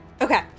Okay